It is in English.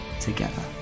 together